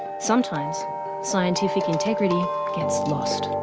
sometimes scientific integrity gets lost.